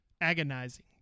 agonizing